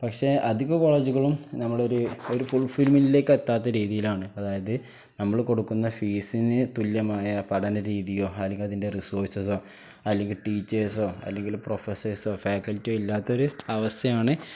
പക്ഷെ അധികം കോളേജുകളും നമ്മുടെയൊരു ഒരു ഫുൾഫിൽമെൻറിലേക്ക് എത്താത്ത രീതിയിലാണ് അതായത് നമ്മള് കൊടുക്കുന്ന ഫീസിന് തുല്യമായ പഠനരീതിയോ അല്ലെങ്കില് അതിൻ്റെ റിസോഴ്സസോ അല്ലെങ്കില് ടീച്ചേഴ്സോ അല്ലെങ്കില് പ്രൊഫെസേഴ്സോ ഫാക്കൽറ്റിയോ ഇല്ലാത്തൊരു അവസ്ഥയാണ്